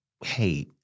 hey